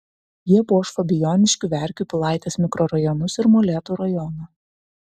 jie puoš fabijoniškių verkių pilaitės mikrorajonus ir molėtų rajoną